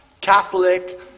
Catholic